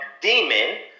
demon